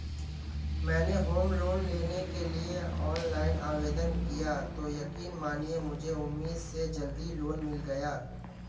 मैंने home loan लेने के लिए ऑनलाइन आवेदन किया तो यकीन मानिए मुझे उम्मीद से जल्दी लोन मिल गया